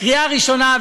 קריאה ראשונה,